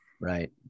right